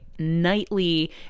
nightly